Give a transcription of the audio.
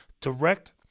direct